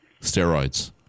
steroids